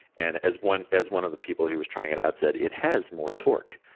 and as one as one of the people who was trying it out said, it has more torque.